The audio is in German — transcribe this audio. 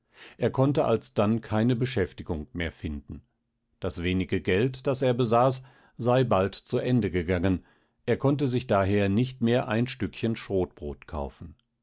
er konnte alsdann keine beschäftigung mehr finden das wenige geld das er besaß sei bald zu ende gegangen er konnte sich daher nicht mehr ein stückchen schrotbrot kaufen